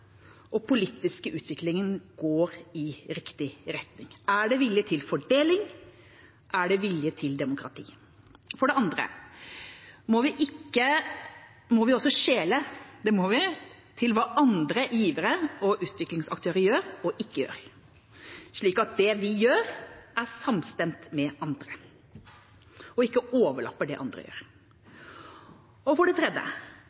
og politiske utviklingen går i riktig retning – er det vilje til fordeling, er det vilje til demokrati? For det andre må vi også skjele – det må vi – til hva andre givere og utviklingsaktører gjør og ikke gjør, slik at det vi gjør, er samstemt med andre og ikke overlapper det andre gjør. Og for det tredje